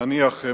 נניח,